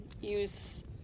use